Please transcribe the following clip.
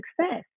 success